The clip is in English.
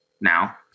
now